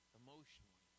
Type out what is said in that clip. emotionally